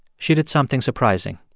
she did something surprising.